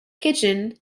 kitchen